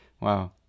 Wow